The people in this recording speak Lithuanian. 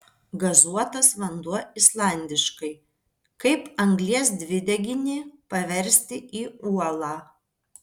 gazuotas vanduo islandiškai kaip anglies dvideginį paversti į uolą